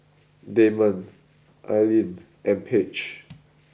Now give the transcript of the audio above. Damon Ailene and Paige